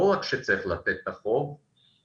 לא רק שצריך לתת את הזכות,